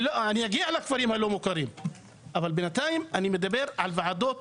אני אגיע לכפרים הלא מוכרים אבל בינתיים אני מדבר על ועדות